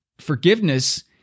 forgiveness